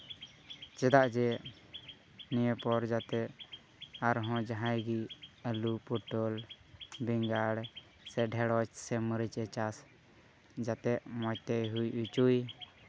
ᱪᱮᱫᱟᱜ ᱡᱮ ᱱᱤᱭᱟᱹ ᱯᱚᱨ ᱡᱟᱛᱮ ᱟᱨᱦᱚᱸ ᱡᱟᱦᱟᱸᱭ ᱜᱮ ᱟᱹᱞᱩ ᱯᱚᱴᱚᱞ ᱵᱮᱸᱜᱟᱲ ᱥᱮ ᱰᱷᱮᱬᱚᱥ ᱥᱮ ᱢᱟᱹᱨᱤᱪ ᱮ ᱪᱟᱥ ᱡᱟᱛᱮ ᱢᱚᱡᱽ ᱛᱮᱭ ᱦᱩᱭ ᱦᱚᱪᱚᱭ